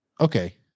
Okay